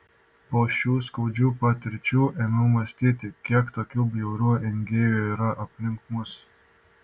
po šių skaudžių patirčių ėmiau mąstyti kiek tokių bjaurių engėjų yra aplink mus